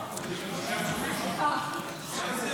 חשבתי שזאת זכות דיבור.